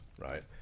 right